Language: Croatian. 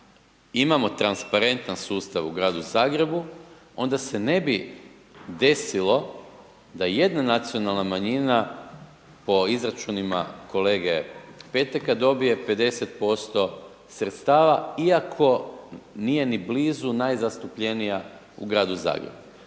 imamo transparentan sustav u gradu Zagrebu, onda se ne bi desilo da jedna nacionalna manjina po izračunima kolege Peteka dobije 50% sredstava iako nije ni blizu najzastupljenija u gradu Zagrebu